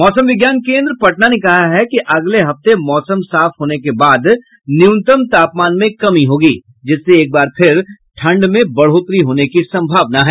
मौसम विभाग केंद्र पटना ने कहा है कि अगले हफ्ते मौसम साफ होने के बाद न्यूनतम तापमान में कमी होगी जिससे एक बार फिर ठंड में बढ़ोतरी होने की संभावना है